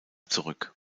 zurück